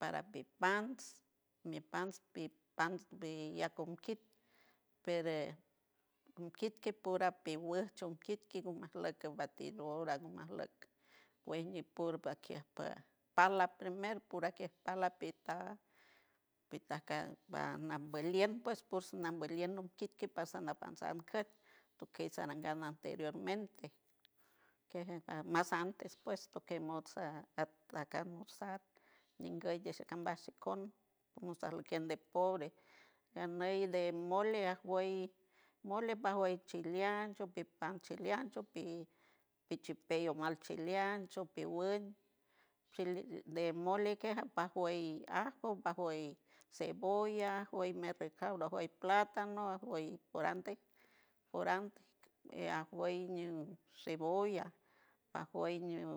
para pipans mi pants, pi pants tiac unquit pere unquit kit pura piwir chonquit gu mima asloc batidora gumasloc we ñe por paquie pa pi pala primer pura que pala pita, pita canbanaliem pues pos nambaliew un kit, kit pasa napansan ket toque most a- at aca notsat nguy tiel tikambaj sicom gunas alguien de pobre ganey de mole chiliancho, pi pit chipey on mal chiliancho piwin chilian chiliancho de mole que aah pawey due ajo, bawey cebolla wey recaudo, wey platano, wey orantey awuen cebolla, pajiew ño.